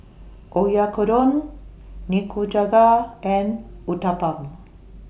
Oyakodon Nikujaga and Uthapam